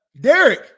Derek